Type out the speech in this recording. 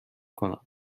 کنم